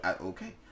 Okay